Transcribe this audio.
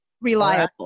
reliable